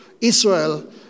Israel